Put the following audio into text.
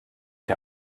der